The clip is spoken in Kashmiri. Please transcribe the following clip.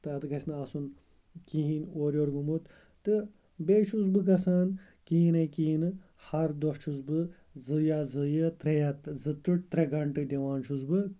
تَتھ گژھِ نہٕ آسُن کِہیٖنۍ اورٕ یورٕ گوٚمُت تہٕ بیٚیہِ چھُس بہٕ گژھان کِہیٖنَے کِہیٖنہٕ ہر دۄہ چھُس بہٕ زٕ یا زٕ یہِ ترٛےٚ یا زٕ ٹُہ ترٛےٚ گَںٛٹہٕ دِوان چھُس بہٕ